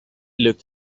looked